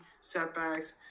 setbacks